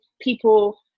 people